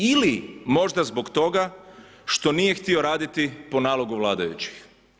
Ili možda zbog toga što nije htio raditi po nalogu vladajućih.